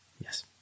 Yes